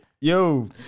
Yo